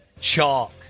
chalk